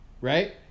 Right